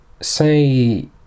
say